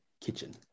kitchen